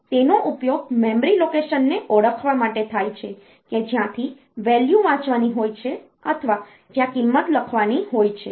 અને તેનો ઉપયોગ મેમરી લોકેશનને ઓળખવા માટે થાય છે કે જ્યાંથી વેલ્યુ વાંચવાની હોય છે અથવા જ્યાં કિંમત લખવાની હોય છે